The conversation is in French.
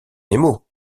nemo